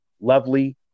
lovely